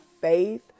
faith